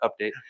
update